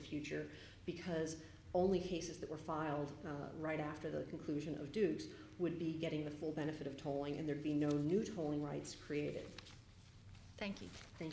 future because only cases that were filed right after the conclusion of duty would be getting the full benefit of tolling and there be no new tolling rights created thank you thank